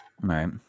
Right